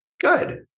Good